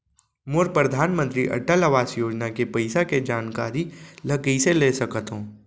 मोर परधानमंतरी अटल आवास योजना के पइसा के जानकारी ल कइसे ले सकत हो?